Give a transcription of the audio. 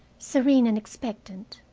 serene and expectant.